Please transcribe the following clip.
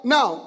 Now